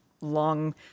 long